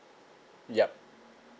yup